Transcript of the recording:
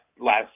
last